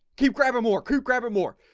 keep grabbing more crew grabbing more